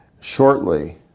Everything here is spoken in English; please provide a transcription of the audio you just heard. shortly